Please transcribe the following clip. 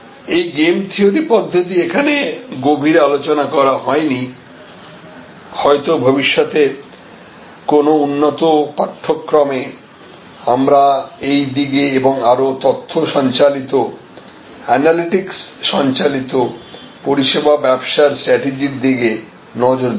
এই game theory পদ্ধতি এখানে গভীরে আলোচনা করা হয়নি হয়তো ভবিষ্যতে কোন উন্নত পাঠ্যক্রমে আমরা এই দিকে এবং আরও তথ্য সঞ্চালিত অ্যানালিটিক্স সঞ্চালিত পরিষেবা ব্যবসার স্ট্রাটেজির দিকে নজর দেবো